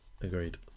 agreed